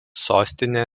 sostinė